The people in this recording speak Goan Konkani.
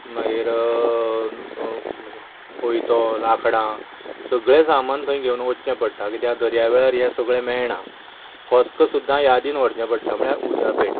मागीर कोयतो लांकडां सगळें सामान थंय घेवन वच्चें पडटा किद्याक दर्या वेळेर हें सगळें मेळना फस्क सुद्दा यादीन व्हरचें पडटा म्हणल्यार उज्या पेट